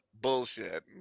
bullshit